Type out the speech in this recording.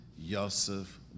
Yosef